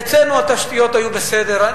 אצלנו התשתיות היו בסדר.